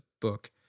book